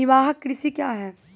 निवाहक कृषि क्या हैं?